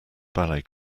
ballet